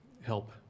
help